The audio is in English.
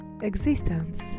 existence